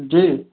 जी